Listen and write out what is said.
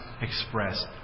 express